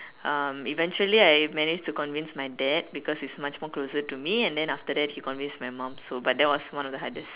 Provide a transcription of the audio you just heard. uh eventually I managed to convince my dad because he's much more closer to me and then after that he convinced my mom so but that was one of the hardest